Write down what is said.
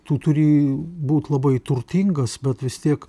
tu turi būt labai turtingas bet vis tiek